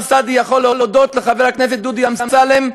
סעדי יכול להודות לחבר הכנסת דודי אמסלם,